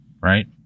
right